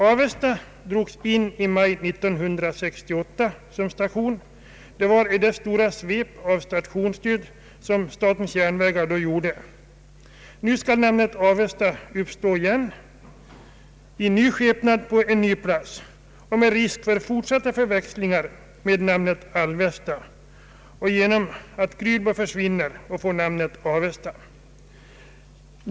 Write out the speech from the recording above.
Avesta drogs in som station i maj 1968 i det stora svep av stationsindragningar som statens järnvägar då gjorde. Nu skall namnet Avesta uppstå igen i ny skepnad, på en ny plats och med risk för fortsatta förväxlingar med namnet Alvesta. Detta sker genom att Krylbo försvinner och får namnet Avesta.